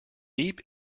deep